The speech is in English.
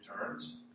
returns